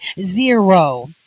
Zero